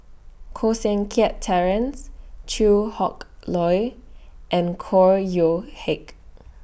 Koh Seng Kiat Terence Chew Hock Leong and Chor Yeok Heck